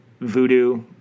voodoo